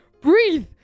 breathe